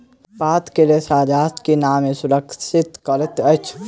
पात के रेशा गाछ के नमी सुरक्षित करैत अछि